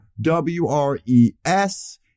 W-R-E-S